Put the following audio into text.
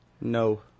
No